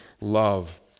love